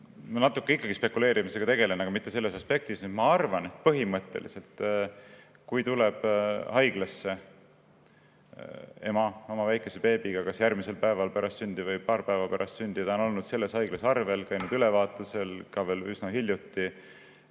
Me natuke spekuleerimisega tegeleme, aga mitte selles aspektis. Ma arvan, et põhimõtteliselt, kui tuleb haiglasse ema oma väikese beebiga kas järgmisel päeval pärast sündi või paar päeva pärast sündi, ja kui ta on olnud selles haiglas arvel, käinud läbivaatusel veel üsna hiljuti